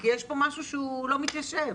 כי יש פה משהו שלא מתיישב,